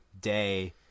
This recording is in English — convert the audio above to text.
day